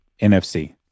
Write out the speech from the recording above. NFC